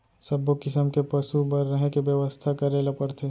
सब्बो किसम के पसु बर रहें के बेवस्था करे ल परथे